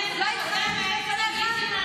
לא התחננתי בפניך,